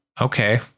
okay